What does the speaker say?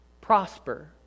prosper